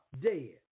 dead